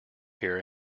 here